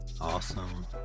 awesome